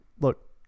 look